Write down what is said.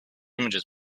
images